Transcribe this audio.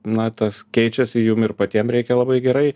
na tas keičiasi jum ir patiem reikia labai gerai